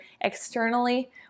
externally